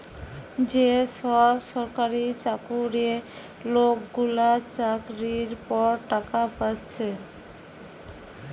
যে সব সরকারি চাকুরে লোকগুলা চাকরির পর টাকা পাচ্ছে